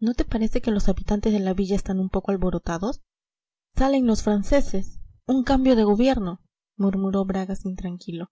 no te parece que los habitantes de la villa están un poco alborotados salen los franceses un cambio de gobierno murmuró bragas intranquilo